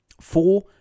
Four